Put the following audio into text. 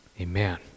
amen